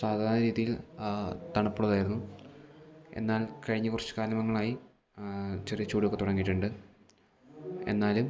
സാധാ രീതിയിൽ തണുപ്പുള്ളതായിരുന്നു എന്നാൽ കഴിഞ്ഞ കുറച്ചു കാലങ്ങളായി ചെറിയ ചൂടൊക്കെ തുടങ്ങിയിട്ടുണ്ട് എന്നാലും